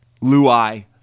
Luai